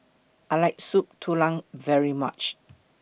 I like Soup Tulang very much